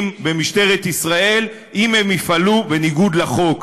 במשטרת ישראל אם הם יפעלו בניגוד לחוק.